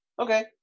Okay